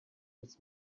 this